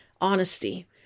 honesty